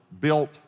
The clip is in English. built